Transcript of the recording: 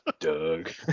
Doug